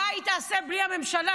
מה היא תעשה בלי הממשלה?